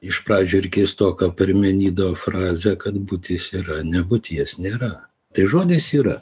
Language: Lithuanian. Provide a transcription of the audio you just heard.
iš pradžių ir keistoką pirmenido frazę kad būtis yra nebūties nėra tai žodis yra